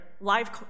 live